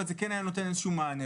אבל זה כן היה נותן איזשהו מענה,